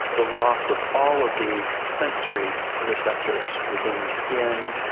the loss of all of the sensory receptors within the skin,